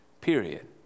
Period